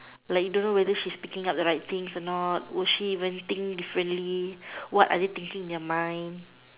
like don't know whether is she picking up the right things or not would she even thinking differently what are they thinking in their mind